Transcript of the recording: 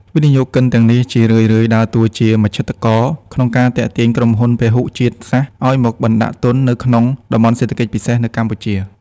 វិនិយោគិនទាំងនេះជារឿយៗដើរតួជា "មជ្ឈត្តករ" ក្នុងការទាក់ទាញក្រុមហ៊ុនពហុជាតិសាសន៍ឱ្យមកបណ្ដាក់ទុននៅក្នុង តំបន់សេដ្ឋកិច្ចពិសេស នៅកម្ពុជា។